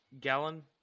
Gallon